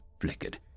flickered